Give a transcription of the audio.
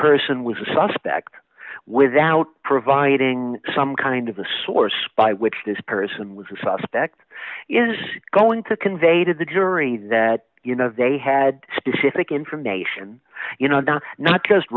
person was a suspect without providing some kind of a source by which this person was a suspect is going to convey to the jury that you know they had specific information you know not not just